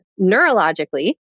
neurologically